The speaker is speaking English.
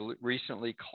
recently